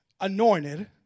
anointed